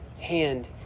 hand